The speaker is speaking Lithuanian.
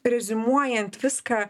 reziumuojant viską